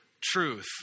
truth